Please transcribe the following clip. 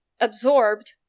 absorbed